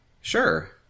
sure